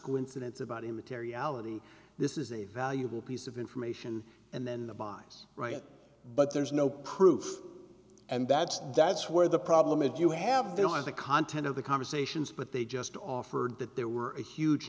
coincidence about in metairie ality this is a valuable piece of information and then the buys right but there's no proof and that's that's where the problem is you have there lies the content of the conversations but they just offered that there were a huge